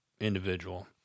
individual